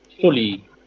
fully